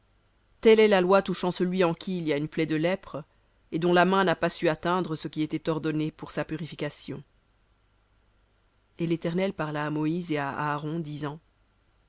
telle est la loi touchant celui en qui il y a une plaie de lèpre et dont la main n'a pas su atteindre pour sa purification et l'éternel parla à moïse et à aaron disant